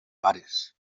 pares